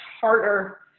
harder